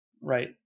right